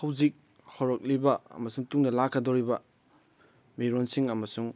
ꯍꯧꯖꯤꯛ ꯍꯧꯔꯛꯂꯤꯕ ꯑꯃꯁꯨꯡ ꯇꯨꯡꯗ ꯂꯥꯛꯀꯗꯧꯔꯤꯕ ꯃꯤꯔꯣꯟꯁꯤꯡ ꯑꯃꯁꯨꯡ